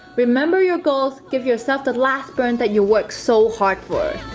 remember your goals give yourself that last burn that you work so hard for